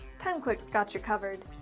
timeclick's got you covered.